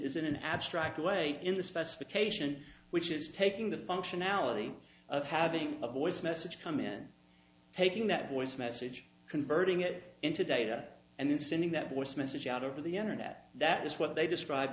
in an abstract way in the specification which is taking the functionality of having a voice message come in taking that voice message converting it into data and then sending that voice message out over the internet that is what they describe